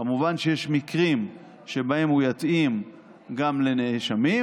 כמובן שיש מקרים שבהם הוא יתאים גם לנאשמים,